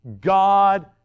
God